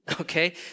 okay